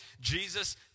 Jesus